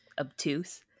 obtuse